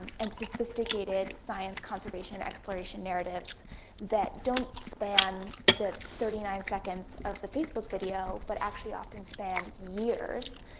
and sophisticated science conservation exploration narratives that don't span the thirty nine seconds of the facebook video, but actually often spanned years,